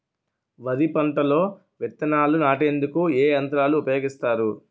వరి పంటలో విత్తనాలు నాటేందుకు ఏ యంత్రాలు ఉపయోగిస్తారు?